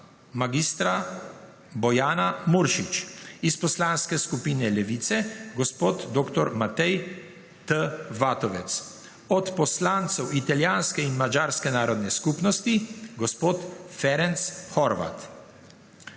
mag. Bojana Muršič, iz poslanske skupine Levica dr. Matej T. Vatovec, od poslancev italijanske in madžarske narodne skupnosti gospod Ferenc Horváth.